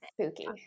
Spooky